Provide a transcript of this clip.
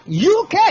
UK